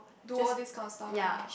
do all these kind of stuff ya